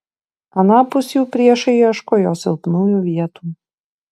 anapus jų priešai ieško jo silpnųjų vietų